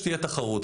שתהיה תחרות.